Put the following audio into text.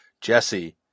Jesse